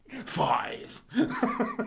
Five